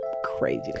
crazy